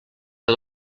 que